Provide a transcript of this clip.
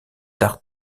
d’art